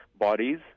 bodies